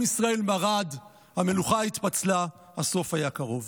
עם ישראל מרד, המלוכה התפצלה, הסוף היה קרוב.